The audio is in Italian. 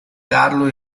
carlo